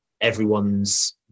everyone's